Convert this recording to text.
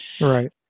Right